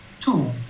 Two